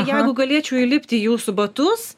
jeigu galėčiau įlipti jūsų batus